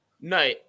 No